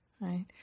Right